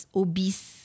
obese